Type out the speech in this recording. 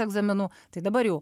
egzaminų tai dabar jau